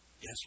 Yes